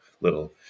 little